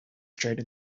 straight